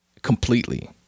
Completely